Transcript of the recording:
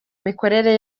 mikorere